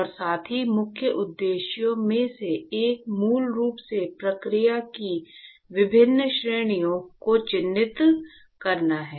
और साथ ही मुख्य उद्देश्यों में से एक मूल रूप से प्रक्रिया की विभिन्न श्रेणियों को चिह्नित करना है